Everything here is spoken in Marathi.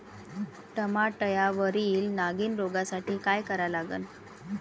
टमाट्यावरील नागीण रोगसाठी काय करा लागन?